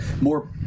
more